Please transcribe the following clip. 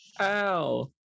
Ow